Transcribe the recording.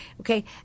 okay